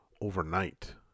overnight